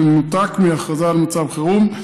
במנותק מההכרזה על מצב חירום,